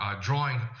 drawing